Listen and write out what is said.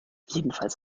jedenfalls